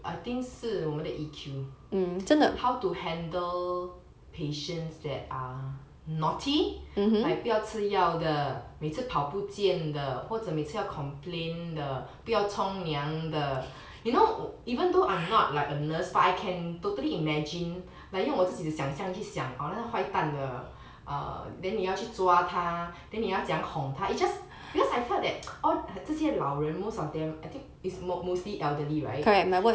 I think 是我们的 E_Q how to handle patients that are naughty like 不要吃药的每次跑不见的或者每次要 complain 的不要冲凉的 you know even though I'm not like a nurse but I can totally imagine like 用我自己的想象去想那个坏蛋的 err then 你要去抓它 then 你要怎样哄他 it just because I felt that all 这些老人 most of them I think is more mostly elderly right